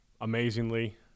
amazingly